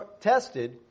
tested